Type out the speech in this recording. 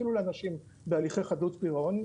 אפילו לאנשים בהליכי חדלות פירעון.